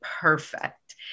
perfect